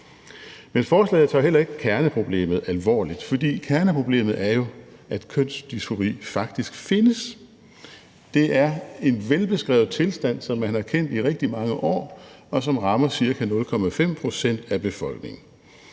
Men forslaget tager heller ikke kerneproblemet alvorligt, for kerneproblemet er jo, at kønsdysfori faktisk findes. Det er en velbeskrevet tilstand, som man har kendt i rigtig mange år, og som rammer cirka 0,5 pct. af befolkningen.